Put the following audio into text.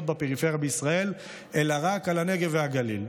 בפריפריה בישראל אלא רק על הנגב והגליל.